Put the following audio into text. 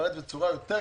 ומתפרץ בצורה יותר קשה.